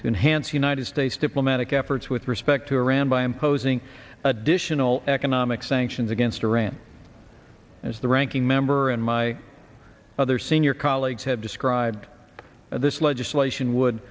enhance united states diplomatic efforts with respect to iran by imposing additional economic sanctions against iran as the ranking member and my other senior colleagues have described this legislation would